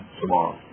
tomorrow